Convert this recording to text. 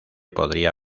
podría